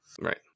Right